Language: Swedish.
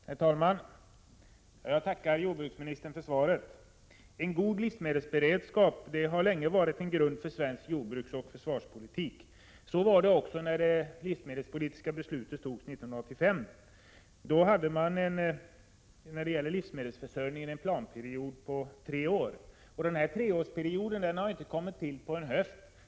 Herr talman! Jag tackar jordbruksministern för svaret. En god livsmedelsberedskap har länge varit en grund för svensk jordbruksoch försvarspolitik. Så var det också när det livsmedelspolitiska beslutet fattades 1985. Då hade man när det gäller livsmedelsförsörjningen en planperiod på tre år. Denna treårsperiod har inte kommit till på en höft.